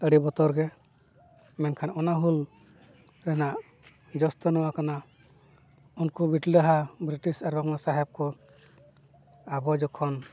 ᱟᱹᱰᱤ ᱵᱚᱛᱚᱨ ᱜᱮ ᱢᱮᱱᱠᱷᱟᱱ ᱚᱱᱟ ᱦᱩᱞ ᱨᱮᱱᱟᱜ ᱡᱚᱥ ᱫᱚ ᱱᱚᱣᱟ ᱠᱟᱱᱟ ᱩᱱᱠᱩ ᱵᱤᱴᱞᱟᱹᱦᱟ ᱵᱨᱤᱴᱤᱥ ᱟᱨᱚ ᱥᱟᱦᱮᱵᱽ ᱠᱚ ᱟᱵᱚ ᱡᱚᱠᱷᱚᱱ